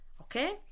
Okay